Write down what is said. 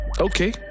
Okay